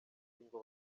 ingo